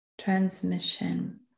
transmission